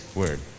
word